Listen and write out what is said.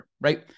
right